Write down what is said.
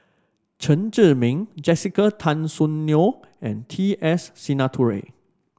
Chen Zhiming Jessica Tan Soon Neo and T S Sinnathuray